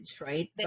right